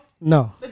No